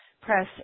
press